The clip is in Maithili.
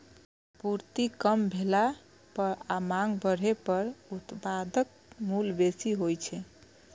आपूर्ति कम भेला पर आ मांग बढ़ै पर उत्पादक मूल्य बेसी होइ छै